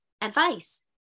advice